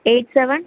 eight seven